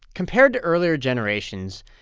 compared to earlier generations,